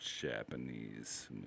Japanese